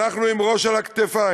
אנחנו עם ראש על הכתפיים,